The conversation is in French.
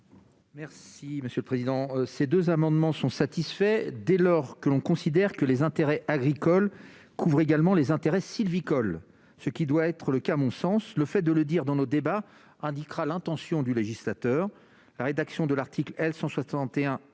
de la commission ? Ces deux amendements me semblent satisfaits, dès lors que l'on considère que les intérêts agricoles couvrent également les intérêts sylvicoles, ce qui doit être le cas, à mon sens. Le fait de le dire expressément dans nos débats indiquera l'intention du législateur. La rédaction de l'article L. 161-1